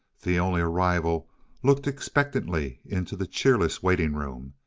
the only arrival looked expectantly into the cheerless waiting room,